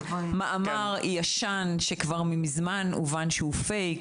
מדובר במאמר ישן שכבר מזמן הובן שהוא פייק.